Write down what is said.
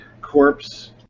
corpse